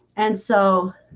and so